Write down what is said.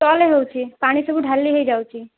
ତଳେ ହେଉଛି ପାଣି ସବୁ ଢ଼ାଲି ହୋଇଯାଉଛି